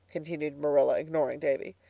continued marilla, ignoring davy.